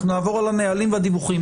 אנחנו נעבור על הנהלים והדיווחים,